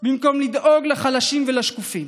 במקום לדאוג לחלשים ולשקופים?